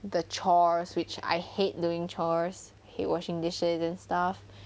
the chores which I hate doing chores hate washing dishes and stuff